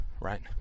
right